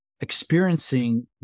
experiencing